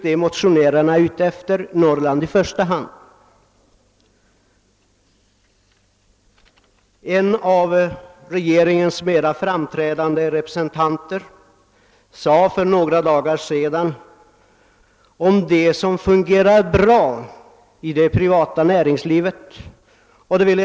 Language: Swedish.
En av regeringens mera framträdande representanter sade för några dagar sedan på tal om det som fungerar bra i det privata näringslivet, att man inte slaktar den höna som värper guldägg.